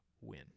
win